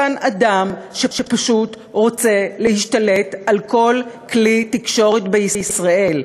יש כאן אדם שפשוט רוצה להשתלט על כל כלי תקשורת בישראל,